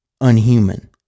unhuman